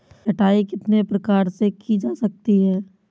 छँटाई कितने प्रकार से की जा सकती है?